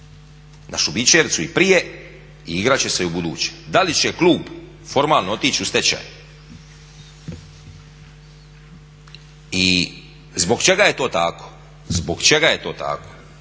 na Šubićevcu i prije i igrati će se i ubuduće. Da li će klub formalno otići u stečaj i zbog čega je to tako, zbog čega je to tako,